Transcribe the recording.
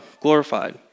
glorified